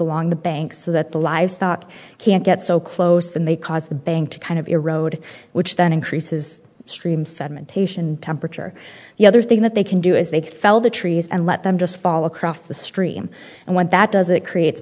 along the banks so that the livestock can't get so close and they cause the bank to kind of erode which then increases stream sedimentation temperature the other thing that they can do is they fell the trees and let them just fall across the stream and when that does it creates